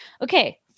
Okay